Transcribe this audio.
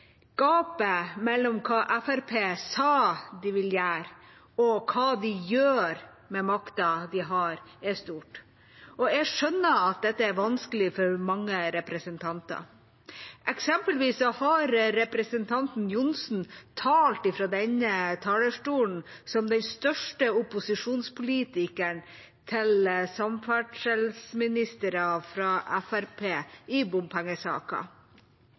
Gapet mellom hva Fremskrittspartiet sa de ville gjøre, og hva de gjør med makten de har, er stort. Jeg skjønner at dette er vanskelig for mange representanter. Eksempelvis har representanten Johnsen talt fra denne talerstolen som den største opposisjonspolitikeren til samferdselsministere fra Fremskrittspartiet i